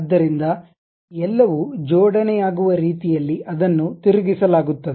ಆದ್ದರಿಂದ ಎಲ್ಲವೂ ಜೋಡಣೆಯಾಗುವ ರೀತಿಯಲ್ಲಿ ಅದನ್ನು ತಿರುಗಿಸಲಾಗುತ್ತದೆ